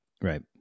right